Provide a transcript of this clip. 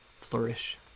flourish